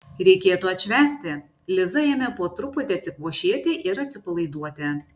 reikėtų atšvęsti liza ėmė po truputį atsikvošėti ir atsipalaiduoti